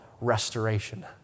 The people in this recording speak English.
restoration